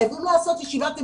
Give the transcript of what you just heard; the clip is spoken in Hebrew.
חייבים לעשות ישיבת המשך,